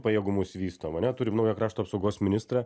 pajėgumus vystom ane turim naują krašto apsaugos ministrą